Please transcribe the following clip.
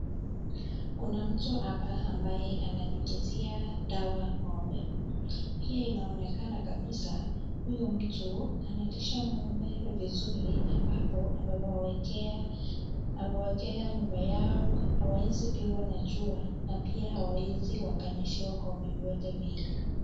Kuna mtu hapa ambaye ananyunyizia dawa ng'ombe, pia inaonekana kabisa huyu mtu analisha ng'ombe vizuri ambapo amewaekea nyumba yao hawaezi pigwa na jua na pia hawaezi wakanyeshewa kwa vyovyote vile.